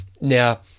Now